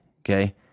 okay